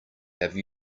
have